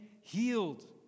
healed